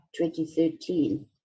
2013